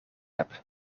heb